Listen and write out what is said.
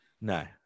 No